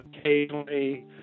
occasionally